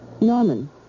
Norman